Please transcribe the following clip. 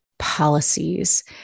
policies